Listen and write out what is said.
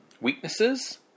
weaknesses